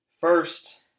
First